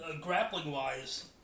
Grappling-wise